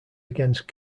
against